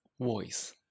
voice